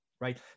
right